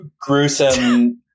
gruesome